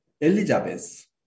Elizabeth